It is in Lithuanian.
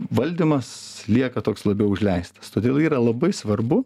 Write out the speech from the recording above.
valdymas lieka toks labiau užleistas todėl yra labai svarbu